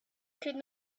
could